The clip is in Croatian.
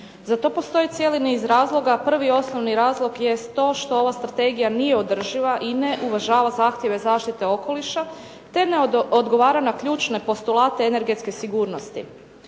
Za to postoji cijeli niz razloga. Prvi i osnovni razlog jest to što ova strategija nije održiva i ne uvažava zahtjeve zaštite okoliša te ne odgovara na ključne postulate energetske sigurnosti.